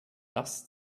das